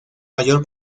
mayor